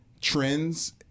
trends